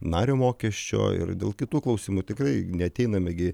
nario mokesčio ir dėl kitų klausimų tikrai neateiname gi